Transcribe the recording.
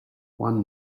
one